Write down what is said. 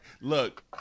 look